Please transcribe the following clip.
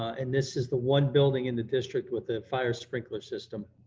and this is the one building in the district with a fire sprinkler system.